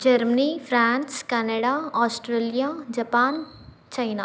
Germany France Canada Australia Japan China